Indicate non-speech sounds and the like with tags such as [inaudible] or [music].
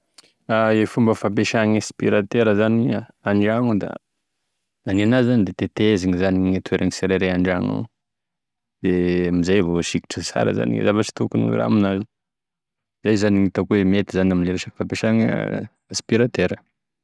[hesitation] E fomba fampesagny asipiratera zany an-dragno gnao, da gnany enazy da tetezina zany ny toerany sirairay andragno gnao, de amizay vasikotry tsara zany zavatra tokony raha aminazy, izay zany gn'hitako hoe mety zany ame resaky fampesagny asipiratera.